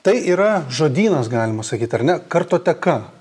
tai yra žodynas galima sakyt ar ne kartoteka